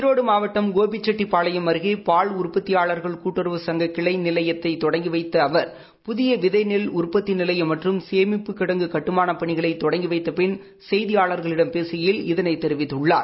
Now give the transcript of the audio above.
ஈரோடு மாவட்டம் கோபிசெட்டிப்பாளையம் அருகே பால் உற்பத்தியாளர்கள் கட்டுறவு சங்க கிளை நிலையத்தை தொடங்கி வைத்த அவர் புதிய விதை நெல் உற்பத்தி நிலையம் மற்றம் சேமிப்புக் கிடங்கு கட்டுமானப் பனிகளை தொடங்கிவைத்த பின் செய்தியாளர்களிடம் பேசுகையில் இதளை தெரிவித்துள்ளார்